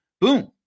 boom